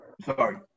sorry